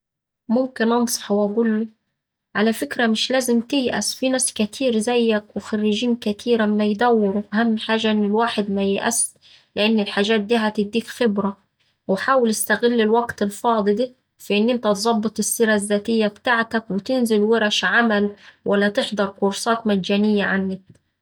ممكن أنصحه وأقوله: على فكرة مش لازم تيأس فيه ناس كتير زيك وخريجين كتير أما يدورو أهم حاجة إن الواحد مييأسش لكن الحاجات دي هتديك خبرة. وحاول استغل الوقت الفاضي ده في إن إنت تظبط السيرة الذاتية بتاعتك وتنزل ورش عمل ولا تحضر كورسات مجانية على النت.